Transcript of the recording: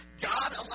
God